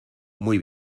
muy